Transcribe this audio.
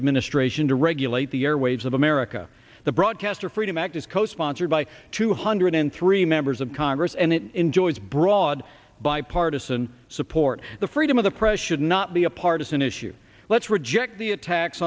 administration to regulate the airwaves of america the broadcaster freedom act is co sponsored by two hundred and three members of congress and it enjoys broad bipartisan support the freedom of the press should not be a partisan issue let's reject the attacks